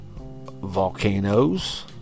Volcanoes